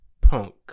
Punk